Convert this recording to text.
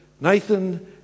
Nathan